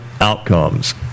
outcomes